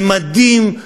ומדים,